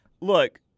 look